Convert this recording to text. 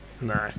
No